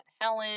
Helen